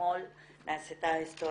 שאתמול נעשתה היסטוריה.